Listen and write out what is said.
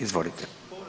Izvolite.